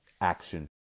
action